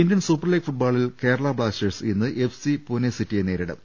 Indian super league ഫുട്ബോളിൽ Kerala blasters ഇന്ന് F C പൂണസിറ്റിയെ നേരിടും